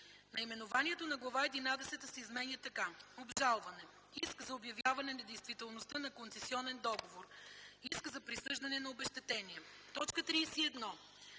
Наименованието на Глава единадесета се изменя така: „Обжалване. Иск за обявяване недействителността на концесионен договор. Иск за присъждане на обезщетения”. 31.